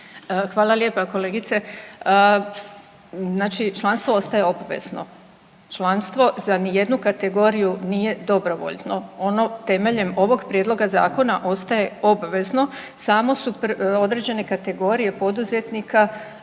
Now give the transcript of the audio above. Hvala lijepa kolegice. Znači članstvo ostaje obvezno, članstvo za ni jednu kategoriju nije dobrovoljno. Ono temeljem ovog prijedloga zakona ostaje obvezno samo su određene kategorije poduzetnika